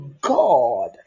God